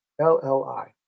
LLI